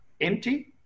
empty